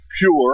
pure